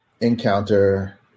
encounter